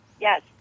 Yes